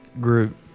Group